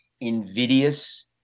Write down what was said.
invidious